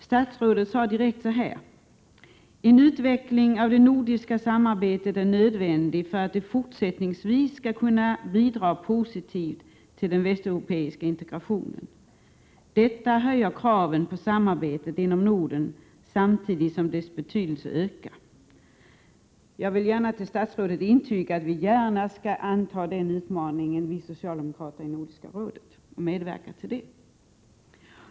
Statsrådet sade: ”En utveckling av det nordiska samarbetet är nödvändig för att det fortsättningsvis skall kunna bidra positivt till den västeuropeiska integrationen. Detta höjer kraven på samarbetet inom Norden samtidigt som dess betydelse ökar.” Jag vill gärna för statsrådet intyga att vi socialdemokrater i Nordiska rådet gärna skall anta den utmaningen — och medverka till detta.